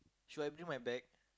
should I bring my bag